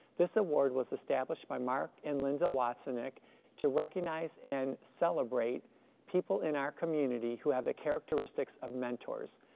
this award was established by mark and linda wassenich to recognize and celebrate people in our community who have the characteristics of mentors.